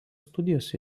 studijos